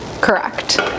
correct